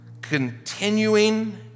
continuing